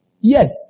Yes